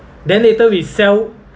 then later we sell